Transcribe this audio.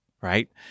right